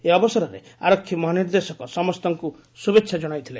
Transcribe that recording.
ଏହି ଅବସରରେ ଆରକ୍ଷୀ ମହାନିର୍ଦ୍ଦେଶକ ସମ୍ତଙ୍କୁ ଶୁଭେଚ୍ଚା ଜଣାଇଥିଲେ